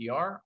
PR